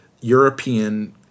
European